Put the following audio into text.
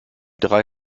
drei